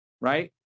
right